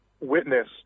witness